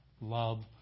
love